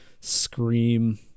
Scream